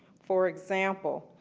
for example,